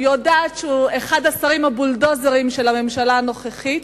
ויודעת שהוא אחד השרים הבולדוזרים של הממשלה הנוכחית.